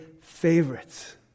favorites